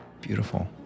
Beautiful